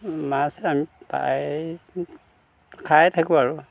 মাছ আমি প্ৰায় খাই থাকোঁ আৰু